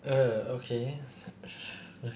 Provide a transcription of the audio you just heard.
err okay